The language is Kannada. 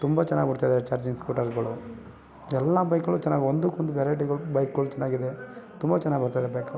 ತುಂಬ ಚೆನ್ನಾಗಿ ಓಡ್ತಾಯಿದೆ ಚಾರ್ಜಿಂಗ್ ಸ್ಕೂಟರ್ಗಳು ಎಲ್ಲ ಬೈಕ್ಗಳು ಚೆನ್ನಾಗಿ ಒಂದಕ್ಕೊಂದು ವೆರೈಟಿಗಳು ಬೈಕ್ಗಳು ಚೆನ್ನಾಗಿದೆ ತುಂಬ ಚೆನ್ನಾಗಿ ಬರ್ತಾಯಿದೆ ಬೈಕ್ಗಳು